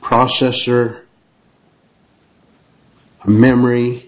processor memory